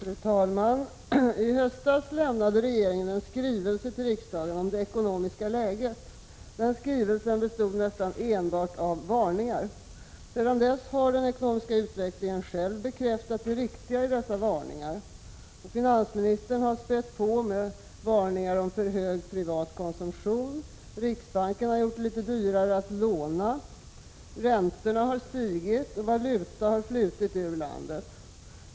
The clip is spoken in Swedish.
Fru talman! I höstas lämnade regeringen en skrivelse till riksdagen om det ekonomiska läget som nästan enbart bestod av varningar. Sedan dess har den ekonomiska utvecklingen själv bekräftat det riktiga i dessa varningar. Finansministern har spätt på med varningar om för hög privat konsumtion, riksbanken har gjort det litet dyrare att låna, räntorna har stigit och valuta har flutit ur landet.